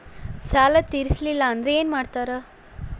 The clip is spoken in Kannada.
ಸಾಲ ತೇರಿಸಲಿಲ್ಲ ಅಂದ್ರೆ ಏನು ಮಾಡ್ತಾರಾ?